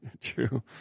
true